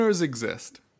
exist